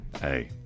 Hey